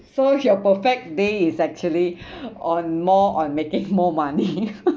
so your perfect day is actually on more on making more money